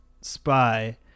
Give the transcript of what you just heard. spy